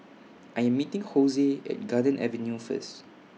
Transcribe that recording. I'm meeting Josue At Garden Avenue First